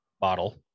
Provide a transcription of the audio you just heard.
bottle